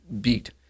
beat